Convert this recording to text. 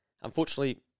Unfortunately